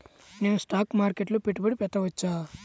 నేను స్టాక్ మార్కెట్లో పెట్టుబడి పెట్టవచ్చా?